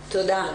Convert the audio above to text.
תודה.